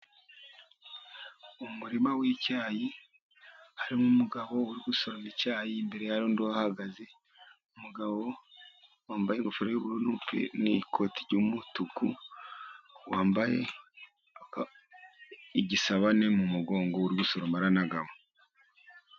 Umuririma w'icyayi, harimo umugabo uri gusorama icyayi, imbere hari undi ahahagaze, umugabo wambaye ingofero y'ubururu, n'ikoti ry'umutuku, wambaye igisobane mu mugongo uri gusorama aranagamo.